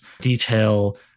detail